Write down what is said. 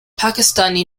pakistani